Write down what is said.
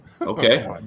Okay